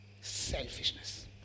selfishness